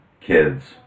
kids